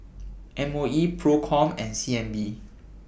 M O E PROCOM and C N B